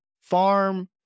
farm